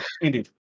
indeed